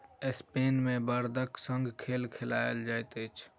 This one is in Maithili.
स्पेन मे बड़दक संग खेल खेलायल जाइत अछि